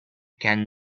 can